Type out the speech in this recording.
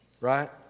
Right